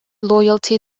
loyalty